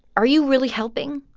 are you really helping?